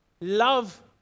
love